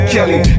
Kelly